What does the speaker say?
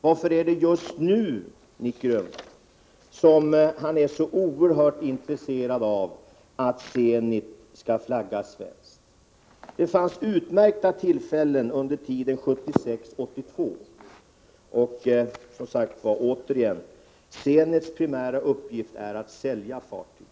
Varför är det just nu som Nic Grönvall är så oerhört intresserad av att Zenit skall flaggas svenskt? Det fanns utmärkta tillfällen under tiden 1976-1982 att flagga hem Zenit. Återigen: Zenits primära uppgift är att sälja fartyg!